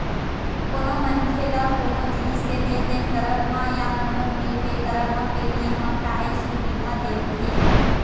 कोनो मनखे ल कोनो जिनिस के लेन देन करब म या कोनो बिल पे करब म पेटीएम ह काहेच सुबिधा देवथे